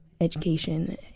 education